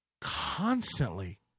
Constantly